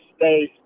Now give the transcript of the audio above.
space